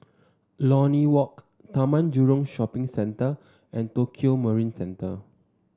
Lornie Walk Taman Jurong Shopping Centre and Tokio Marine Centre